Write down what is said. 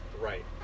Right